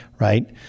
Right